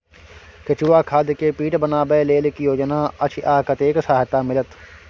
केचुआ खाद के पीट बनाबै लेल की योजना अछि आ कतेक सहायता मिलत?